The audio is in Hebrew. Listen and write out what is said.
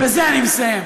בזה אני מסיים.